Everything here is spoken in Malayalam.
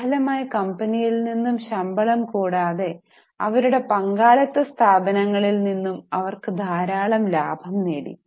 പ്രതിഫലമായി കമ്പനിയിൽ നിന്നും ശമ്പളവും കൂടാതെ അവരുടെ പങ്കാളിത്ത സ്ഥാപനങ്ങളിൽ നിന്നും അവർ ധാരാളം ലാഭവും നേടി